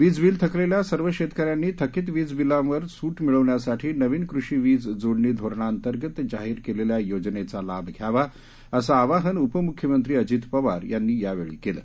वीजबील थकलेल्या सर्व शेतकऱ्यांनी थकीत वीजबिलांवर सूट मिळवण्यासाठी नवीन कृषी वीज जोडणी धोरणांतर्गत जाहीर केलेल्या योजनेचा लाभ घ्यावा असं आवाहन उपमुख्यमंत्री अजित पवार यांनी यावेळी केलं